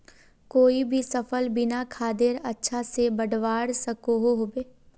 कोई भी सफल बिना खादेर अच्छा से बढ़वार सकोहो होबे?